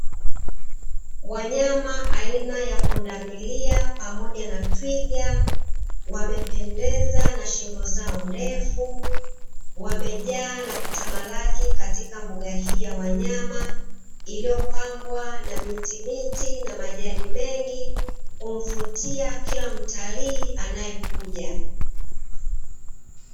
Wanyama aina ya pundamilia, pamoja na twiga, wamependeza na shingo zao ndefu, wamejaa na kutamalaki katika mbuga hii ya wanyama iliyopambwa na mitimiti, na majani mengi. Humvutia kila mtalii anayekuja.